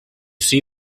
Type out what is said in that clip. see